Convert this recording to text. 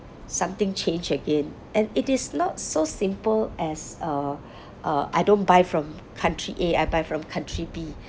something change again and it is not so simple as uh uh I don't buy from country a I buy from country b